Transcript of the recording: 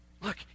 look